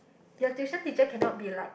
your tuition teacher cannot be like